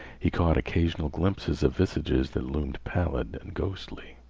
he caught occasional glimpses of visages that loomed pallid and ghostly,